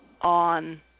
on